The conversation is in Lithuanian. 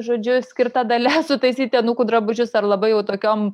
žodžiu skirta dalia sutaisyti anūkų drabužius ar labai jau tokiom